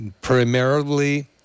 primarily